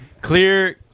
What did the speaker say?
Clear